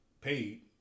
paid